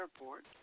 Airport